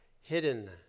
hidden